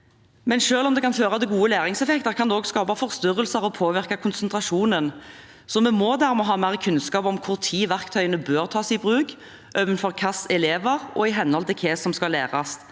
Selv om det kan føre til gode læringseffekter, kan det også skape forstyrrelser og påvirke konsentrasjonen, så vi må dermed ha mer kunnskap om når verktøyene bør tas i bruk, overfor hvilke elever og i henhold til hva som skal læres.